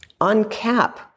uncap